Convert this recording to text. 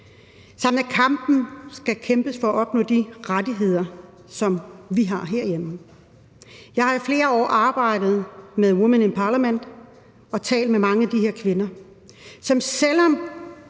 når kampen skal kæmpes for at opnå de rettigheder, som vi har herhjemme. Jeg har i flere år arbejdet med Women in parliament og talt med mange af de her kvinder, som ikke